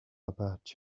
about